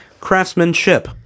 Craftsmanship